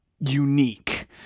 Unique